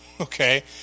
okay